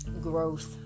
growth